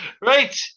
right